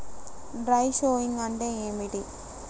Dry sowing అంటే ఏమిటి?